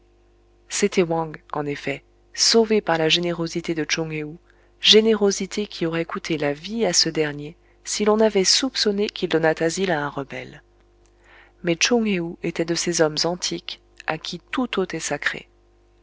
c'était wang en effet sauvé par la générosité de tchoung héou générosité qui aurait coûté la vie à ce dernier si l'on avait soupçonné qu'il donnât asile à un rebelle mais tchoung héou était de ces hommes antiques à qui tout hôte est sacré